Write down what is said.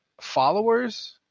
followers